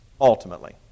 ultimately